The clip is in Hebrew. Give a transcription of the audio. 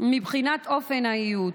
מבחינת אופן האיות.